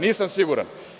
Nisam siguran.